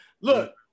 Look